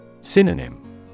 Synonym